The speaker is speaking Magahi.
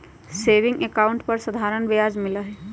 सेविंग अकाउंट पर साधारण ब्याज मिला हई